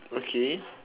okay